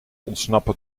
ontsnappen